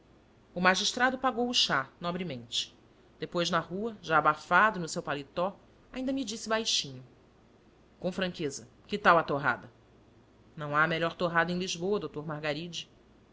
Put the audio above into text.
o magistrado pagou o chá nobremente depois na rua ia abafado no seu paletó ainda me disse baixinho com franqueza que tal a torrada não há melhor torrada em lisboa doutor margaride